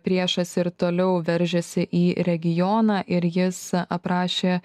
priešas ir toliau veržiasi į regioną ir jis aprašė